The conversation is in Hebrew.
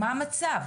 מה המצב?